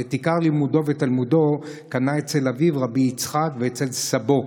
ואת עיקר לימודו ותלמודו קנה אצל אביו רבי יצחק ואצל סבו.